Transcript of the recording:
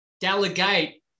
Delegate